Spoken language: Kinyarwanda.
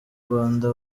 rwanda